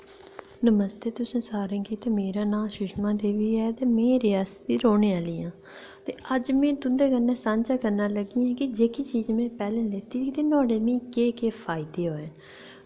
नमस्ते तुसें सारें गी ते मेरा नांऽ सुषमा देवी ऐ ते में रियासी दी रौह्ने आह्ली आं ते अज्ज में तुं'दे कन्नै सांझा करन लग्गी की जेह्की चीज़ में पैह्लें लैती ही नुहाड़े मिगी केह् केह् फायदे होए